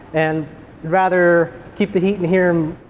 and rather keep the heat in here,